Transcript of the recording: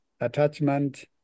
attachment